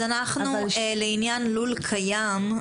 לעניין לול קיים,